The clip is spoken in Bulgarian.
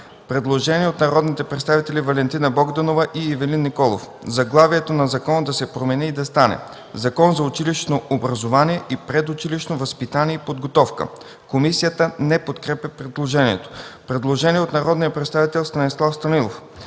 Предложение от народните представители Валентина Богданова и Ивелин Николов – заглавието на закона да се промени и да стане: „Закон за училищното образование и предучилищното възпитание и подготовка”. Комисията не подкрепя предложението. Предложение от народния представител Станислав Станилов